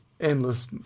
endless